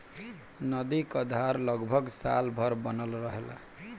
नदी क धार लगभग साल भर बनल रहेला